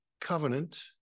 covenant